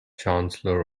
chancellor